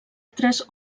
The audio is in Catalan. tres